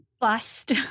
bust